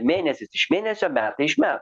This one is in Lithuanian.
mėnesis iš mėnesio metai iš metų